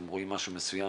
הם רואים משהו מסוים